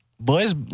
Boys